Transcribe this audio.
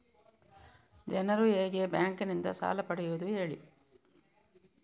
ಜನರು ಹೇಗೆ ಬ್ಯಾಂಕ್ ನಿಂದ ಸಾಲ ಪಡೆಯೋದು ಹೇಳಿ